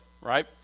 right